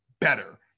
better